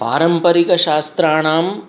पारम्परिकशास्त्राणां